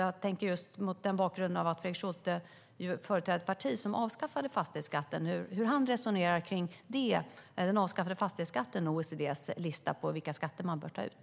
Mot bakgrund av att Fredrik Schulte företräder ett parti som avskaffade fastighetsskatten vore det intressant att höra hur han resonerar om fastighetsskatten i OECD:s lista över vilka skatter som man bör ta ut.